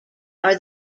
are